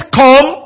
come